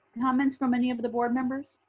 comments from any of the board members?